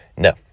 No